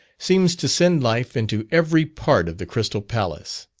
seems to send life into every part of the crystal palace.